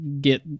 get